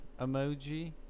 emoji